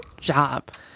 job